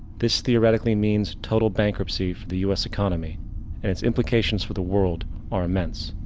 this theoretically means total bankruptcy for the us economy and it's implications for the world are immense.